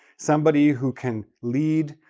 somebody who can lead,